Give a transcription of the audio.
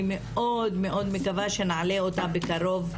אני מאוד מקווה שנעלה אותה בקרוב,